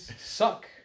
suck